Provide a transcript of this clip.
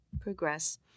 progress